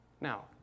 Now